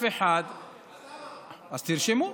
אז תרשמו.